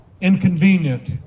inconvenient